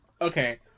Okay